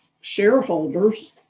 shareholders